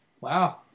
Wow